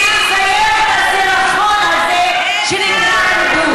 שיסיים את הסירחון הזה שנקרא כיבוש.